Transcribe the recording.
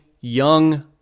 young